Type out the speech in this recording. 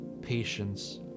patience